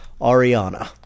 Ariana